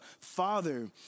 Father